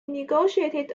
negotiated